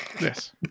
Yes